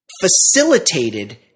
facilitated